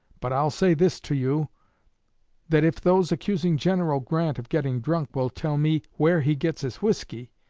but i'll say this to you that if those accusing general grant of getting drunk will tell me where he gets his whiskey,